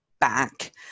back